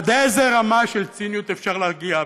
עד איזה רמה של ציניות אפשר להגיע?